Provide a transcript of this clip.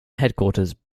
headquarters